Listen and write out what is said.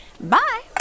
Bye